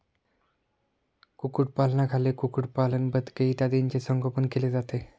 कुक्कुटपालनाखाली कुक्कुटपालन, बदके इत्यादींचे संगोपन केले जाते